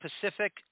Pacific